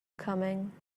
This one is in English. coming